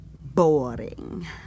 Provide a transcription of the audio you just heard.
boring